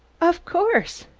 of course!